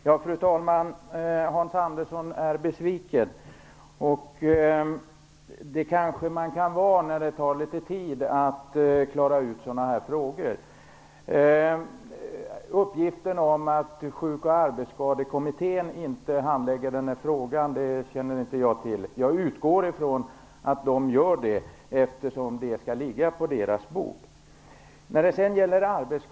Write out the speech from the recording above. Fru talman! Hans Andersson är besviken, och det kan man kanske vara när det tar litet tid att klara ut sådana här frågor. Uppgiften om att Sjuk och arbetsskadekommittén inte handlägger den här frågan känner jag inte till. Jag utgår från att den gör det, eftersom den skall ligga på dess bord.